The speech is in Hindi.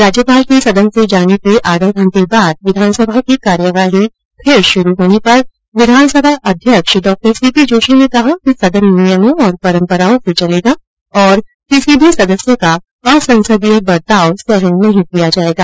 राज्यपाल के सदन से जाने के आधा घंटे बाद विधानसभा की कार्यवाही फिर शुरू होने पर विधानसभा अध्यक्ष डॉ सीपी जोशी ने कहा कि सदन नियमों और परंपराओं से चलेगा तथा किसी भी सदस्य का असंसदीय बर्ताव सहन नहीं किया जायेगा